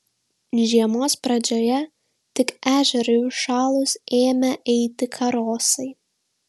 žiemos pradžioje tik ežerui užšalus ėmę eiti karosai